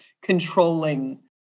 controlling